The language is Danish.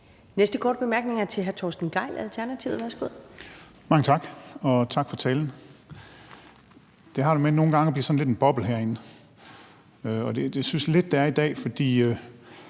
næste korte bemærkning er til hr. Torsten Gejl, Alternativet. Værsgo. Kl. 20:10 Torsten Gejl (ALT): Mange tak, og tak for talen. Det har det med nogle gange at blive sådan lidt en boble herinde, og det synes jeg lidt det er i dag. For